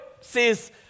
says